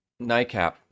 NICAP